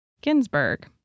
Ginsburg